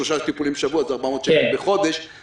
טיפולים בשבוע כך שזה בחודש בערך 400 שקל.